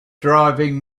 driving